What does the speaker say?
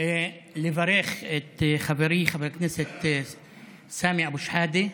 לברך את חברי חבר הכנסת סמי אבו שחאדה.